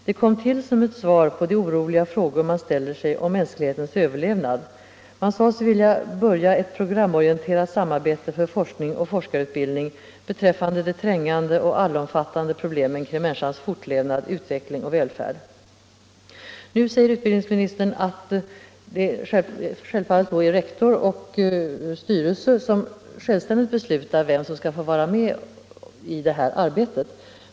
Det kom till som ett svar på de oroliga frågor man ställer sig om mänsklighetens överlevnad. Man sade sig vilja börja ett programorienterat samarbete för forskning och forskarutbildning beträffande de trängande och allomfattande problemen kring människans fortlevnad, utveckling och välfärd. Nu säger utbildningsministern att det självfallet är rektor och styrelse som självständigt beslutar vem som skall få vara med i detta arbete.